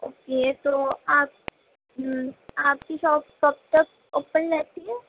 okay تو آپ آپ کی شاپ کب تک اوپن رہتی ہے